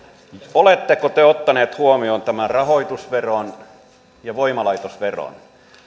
oletteko te ottaneet huomioon tämän rahoitusveron ja voimalaitosveron